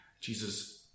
Jesus